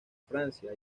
francia